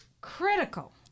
critical